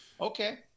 Okay